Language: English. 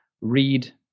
read